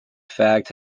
fact